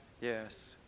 Yes